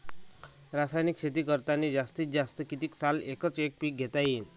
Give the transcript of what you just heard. रासायनिक शेती करतांनी जास्तीत जास्त कितीक साल एकच एक पीक घेता येईन?